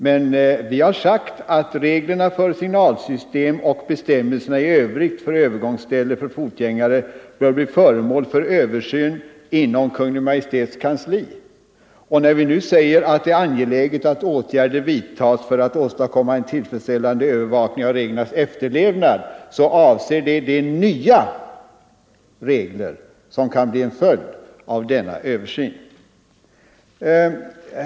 Men utskottet framhåller att ”reglerna för signalsystem och bestämmelserna i övrigt för övergångsställe för fotgängare bör bli föremål för översyn inom Kungl. Maj:ts kansli”. När vi också säger att det är ”angeläget att åtgärder vidtas i syfte att åstadkomma en tillfredsställande övervakning av reglernas efterlevnad”, avser vi de nya regler som kan bli en följd av denna översyn.